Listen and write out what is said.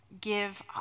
Give